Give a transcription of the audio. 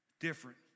different